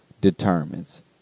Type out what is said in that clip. determines